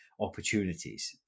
opportunities